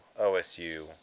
OSU